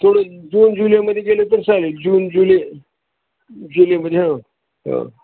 थोडं जून जुलैमध्ये गेलं तर चालेल जून जुलै जुलैमध्ये ह हो